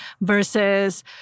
versus